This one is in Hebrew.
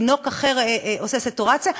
תינוק אחר עושה סטורציה,